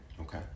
Okay